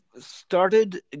started